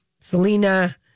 Selena